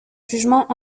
jugement